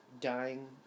dying